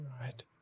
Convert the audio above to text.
Right